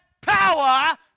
power